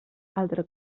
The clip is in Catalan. altra